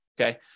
Okay